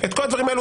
את כל הדברים האלו,